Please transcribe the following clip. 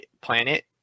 planet